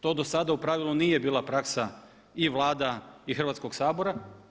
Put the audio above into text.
To dosada u pravilu nije bila praksa i vlada i Hrvatskog sabora.